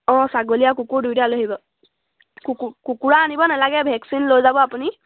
অঁ ছাগলী আৰু কুকুৰ দুয়োটা লৈ আহিব কুকুৰা আনিব নালাগে ভেকচিন লৈ যাব আপুনি